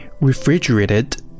refrigerated